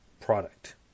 product